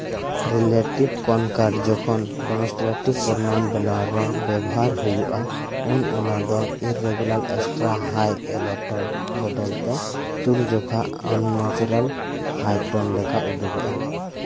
relative concord ᱡᱚᱠᱷᱚᱱ demonstrative pronoun ᱵᱮᱱᱟᱣ ᱨᱮ ᱵᱮᱣᱵᱷᱟᱨ ᱦᱩᱭᱩᱜᱼᱟ ᱩᱱ ᱚᱱᱟ ᱫᱚ ᱤᱨ ᱨᱮᱜᱩᱞᱟᱨ ᱮᱠᱥᱴᱨᱟ ᱦᱟᱭ ᱮᱞᱳᱴᱚᱱ ᱵᱚᱫᱚᱞ ᱛᱮ ᱛᱩᱞᱡᱚᱠᱷᱟ ᱟᱱ ᱱᱮᱪᱨᱟᱞ ᱦᱟᱭᱴᱳᱱ ᱞᱮᱠᱟ ᱩᱫᱩᱜᱚᱜᱼᱟ